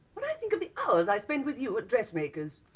when i think of the hours i spend with you a dressmakers.